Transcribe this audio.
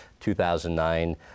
2009